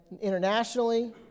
internationally